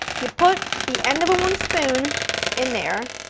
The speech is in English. you put the end of a wooden spoon in there.